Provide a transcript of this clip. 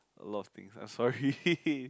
a lot of things I'm sorry